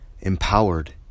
empowered